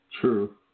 True